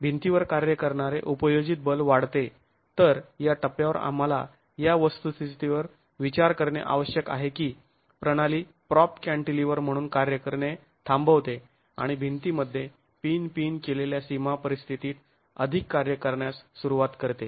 भिंतीवर कार्य करणारे उपयोजित बल वाढते तर या टप्प्यावर आम्हाला या वस्तुस्थितीवर विचार करणे आवश्यक आहे की प्रणाली प्रॉप कॅंन्टीलिवर म्हणून कार्य करणे थांबवते आणि भिंतीमध्ये पिन पिन केलेल्या सीमा परिस्थितीत अधिक कार्य करण्यास सुरुवात करते